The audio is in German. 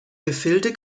gefilde